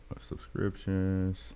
subscriptions